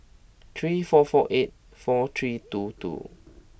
three four four eight four three two two